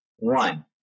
One